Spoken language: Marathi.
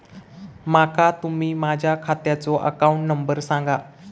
माका तुम्ही माझ्या खात्याचो अकाउंट नंबर सांगा?